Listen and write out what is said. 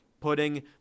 putting